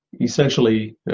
essentially